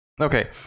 okay